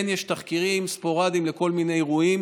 יש תחקירים ספורדיים של כל מיני אירועים